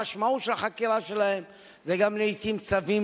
המשמעות של החקירה שלהם לעתים זה גם להוציא צווים,